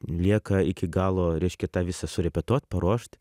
lieka iki galo reiškia tą visą surepetuot paruošt